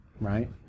right